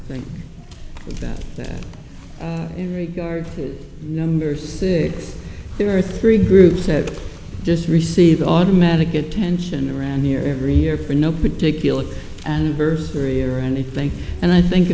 think that that in regard to number six there are three groups have just received automatic attention around here every year for no particular anniversary or anything and i think